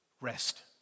rest